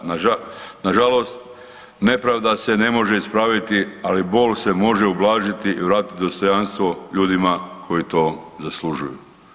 Na žalost, nepravda se ne može ispraviti, ali bol se može ublažiti i vratiti dostojanstvo ljudima koji to zaslužuju.